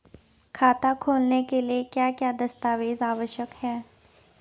खाता खोलने के लिए क्या क्या दस्तावेज़ आवश्यक हैं?